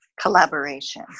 Collaboration